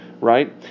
right